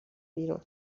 بیرون